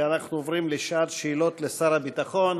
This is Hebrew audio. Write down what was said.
אנחנו עוברים לשעת שאלות לשר הביטחון.